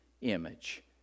image